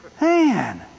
Man